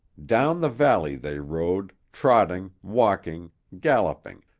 down the valley they rode, trotting, walking, galloping,